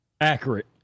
Accurate